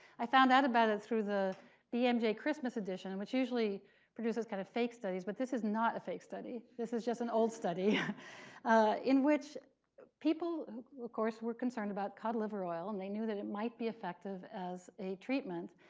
i found out about it through the bmj christmas edition, and which usually produces kind of fake studies. but this is not a fake study. this is just an old study in which people, of course, were concerned about cod liver oil. and they knew that it might be effective as a treatment.